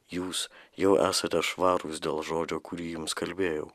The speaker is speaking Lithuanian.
jūs jau esate švarūs dėl žodžio kurį jums kalbėjau